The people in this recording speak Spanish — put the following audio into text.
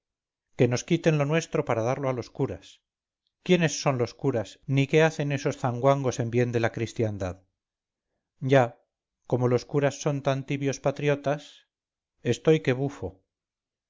qué nos quiten lo nuestro para darlo a los curas quiénes son los curas ni qué hacen esos zanguangos en bien de la cristiandad ya como los curas son tan tibios patriotas estoy que bufo